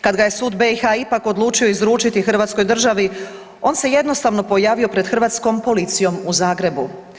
Kada ga je sud BiH ipak odlučio izručiti Hrvatskoj državi on se jednostavno pojavio pred hrvatskom policijom u Zagrebu.